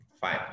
Fine